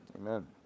Amen